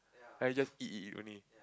then you just eat eat eat only